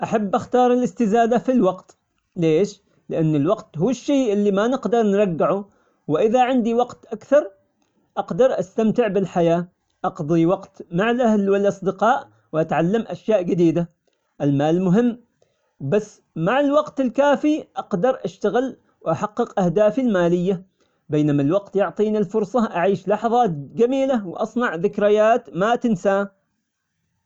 أحب أختار الإستزادة في الوقت، ليش؟ لأن الوقت هو الشي اللي ما نقدر نرجعه، وإذا عندي وقت أكثر أقدر أستمتع بالحياة، أقضي وقت مع الأهل والأصدقاء وأتعلم أشياء جديدة، المال مهم، بس مع الوقت الكافي أقدر أشتغل وأحقق أهدافي المالية، بينما الوقت يعطيني الفرصة أعيش لحظات جميلة وأصنع ذكريات ما تنسى.